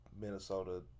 Minnesota